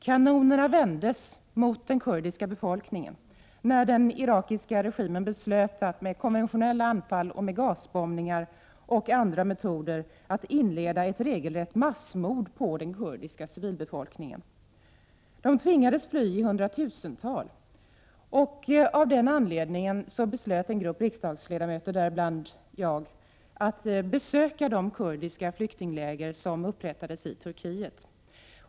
Kanonerna vändes mot den kurdiska befolkningen, när den irakiska regimen beslöt att med konventionella anfall, med gasbombningar och med andra metoder inleda ett regelrätt massmord på den kurdiska civilbefolkningen. Kurderna tvingades fly i hundratusental. Av den anledningen beslöt en grupp riksdagsledamöter, däribland jag själv, att besöka de kurdiska flyktingläger som hade upprättats i Turkiet.